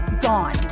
gone